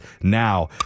now